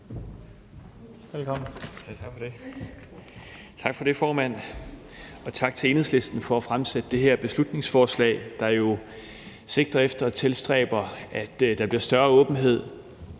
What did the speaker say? (DF): Tak for det, formand, og tak til Enhedslisten for at have fremsat det her beslutningsforslag, der jo sigter efter og tilstræber, at der bliver større åbenhed